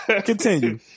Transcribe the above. continue